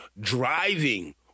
driving